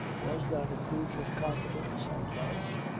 was that a proof of confidence and love?